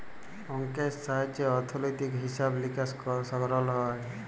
অংকের সাহায্যে অথ্থলৈতিক হিছাব লিকাস সরল হ্যয়